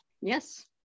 Yes